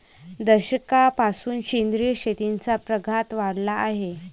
दशकापासून सेंद्रिय शेतीचा प्रघात वाढला आहे